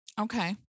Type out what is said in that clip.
Okay